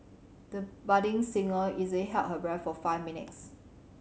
the budding singer easily held her breath for five minutes